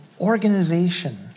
organization